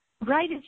right